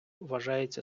вважається